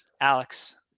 Alex